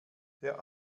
der